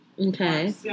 Okay